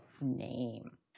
name